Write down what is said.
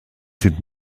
sind